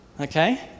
Okay